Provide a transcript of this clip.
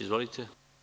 Izvolite.